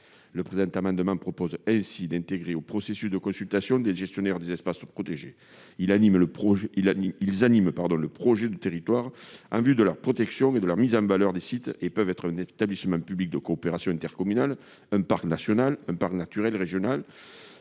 Le présent amendement vise ainsi à intégrer au processus de consultation les gestionnaires des espaces protégés. Ils animent le projet de territoire en vue de la protection et de la mise en valeur des sites et peuvent être un établissement public de coopération intercommunale, un parc national ou un parc naturel régional.